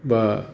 बा